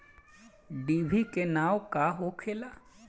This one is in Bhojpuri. डिभी के नाव का होखेला?